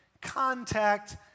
contact